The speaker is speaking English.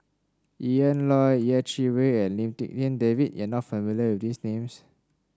Ian Loy Yeh Chi Wei and Lim Tik En David you are not familiar with these names